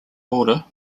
border